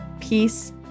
peace